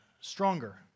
stronger